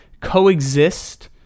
coexist